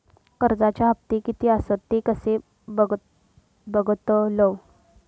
कर्जच्या हप्ते किती आसत ते कसे बगतलव?